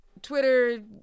Twitter